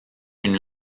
une